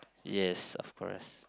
yes of course